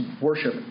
worship